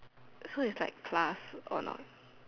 so is like class or not